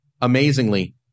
Amazingly